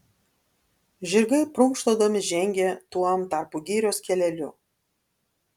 žirgai prunkštaudami žengė tuom tarpu girios keleliu